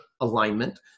alignment